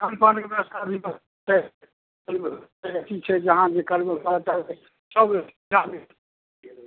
खानपानके बेबस्था भी सब छै अथी छै जहाँ जे करबै सब बेबस्था